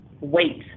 wait